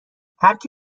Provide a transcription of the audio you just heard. هرکی